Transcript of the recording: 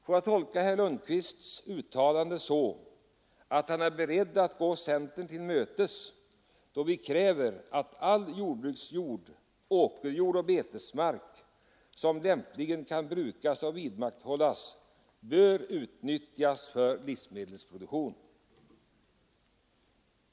Får jag tolka herr Lundkvists uttalande så, att han är beredd att gå centern till mötes då vi kräver att all jordbruksjord — åkerjord och betesmark — som lämpligen kan brukas och vidmakthållas, bör utnyttjas för livsmedelsproduktion?